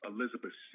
Elizabeth